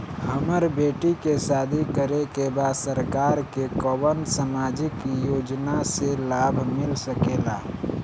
हमर बेटी के शादी करे के बा सरकार के कवन सामाजिक योजना से लाभ मिल सके ला?